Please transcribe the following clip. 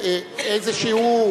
איפה?